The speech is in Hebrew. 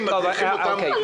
מוכנים להפעלתה.